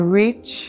reach